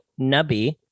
Nubby